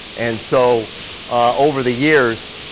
and so over the years,